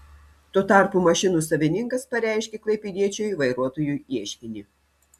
tuo tarpu mašinų savininkas pareiškė klaipėdiečiui vairuotojui ieškinį